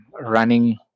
running